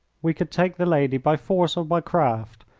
we could take the lady by force or by craft,